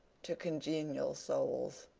to congenial souls.